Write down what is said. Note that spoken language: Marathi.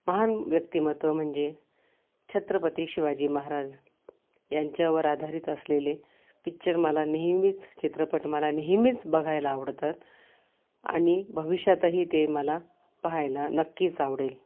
महान व्यक्तिमत्व म्हणजे छत्रपती शिवाजी महाराज यांच्यावर आधारित असलेले पिच्चर मला नेहमीच चित्रपट मला नेहमीच बघायला आवडतात आणि भविष्यातही ते मला पहायला नक्कीच आवडेल